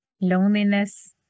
loneliness